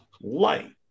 light